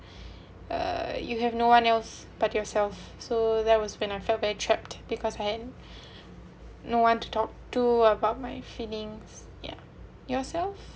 uh you have no one else but yourself so that was when I felt very trapped because when I no one to talk to about my feelings ya yourself